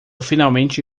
finalmente